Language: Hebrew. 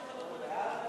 ההצעה